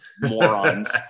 morons